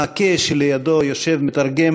המעקה שלידו יושב המתרגם